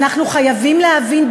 ואנחנו בבית הזה חייבים להבין,